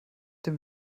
dem